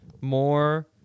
more